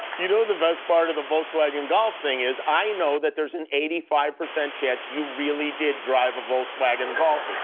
you know what the best part of the volkswagen golf thing is? i know that there's an eighty five percent chance you really did drive a volkswagen golf